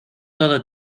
todo